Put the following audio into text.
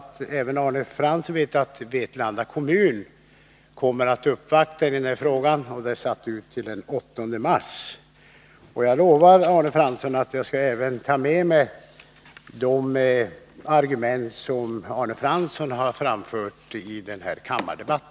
Även Arne Fransson vet att Vetlanda kommun kommer att göra en uppvaktning i denna fråga den 8 mars. Jag lovar Arne Fransson att jag vid det tillfället skall ta med mig också de argument som Arne Fransson fört fram i denna kammardebatt.